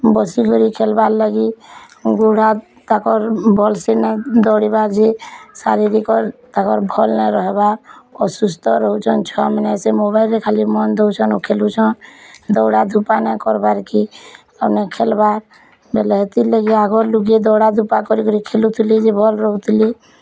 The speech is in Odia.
ବସିକରି ଖେଲ୍ବାର୍ ଲାଗି ଗୋଡ଼୍ ହାତ୍ ତାଙ୍କର୍ ଭଲ୍ ସେ ନାଇଁ ଦୌଡ଼ିବା ଯେ ଶାରୀରିକ ତାଙ୍କର୍ ଭଲ୍ ନାଇଁ ରହିବାର୍ ଅସୁସ୍ଥ ରହୁଛନ୍ ଛୁଆମାନେ ସେ ମୋବାଇଲ୍ରେ ଖାଲି ମନ୍ ଦଉଛନ୍ ଆଉ ଖେଲୁଛନ୍ ଦୌଡ଼ା ଧୂପା ନାଇଁ କର୍ବାର୍ କି ଆଉ ନାଇଁ ଖେଲବାର୍ ବୋଲେ ହେତିର୍ ଲାଗି ଆଗର୍ ଲୁକେ ଦୌଡ଼ା ଧୂପା କରିକିରି ଖେଲୁଥିଲେ ଯେ ଭଲ୍ ରହୁଥିଲେ